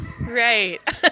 Right